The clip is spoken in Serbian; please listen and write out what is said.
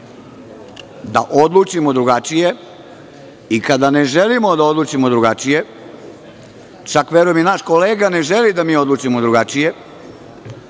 da odlučimo drugačije i kada ne želimo da odlučimo drugačije, čak verujem i naš kolega ne želi da mi odlučimo drugačije,